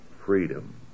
freedom